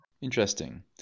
Interesting